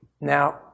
Now